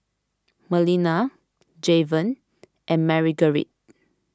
Melina Javen and Marguerite